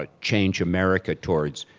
ah change america towards.